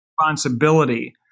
responsibility